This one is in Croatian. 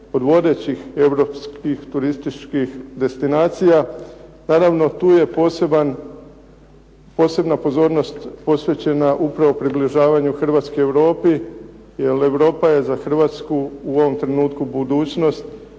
od vodećih europskih turističkih destinacija. Naravno, tu je posebna pozornost posvećena upravo približavanju Hrvatske Europi jer Europa je za Hrvatsku u ovom trenutku budućnost.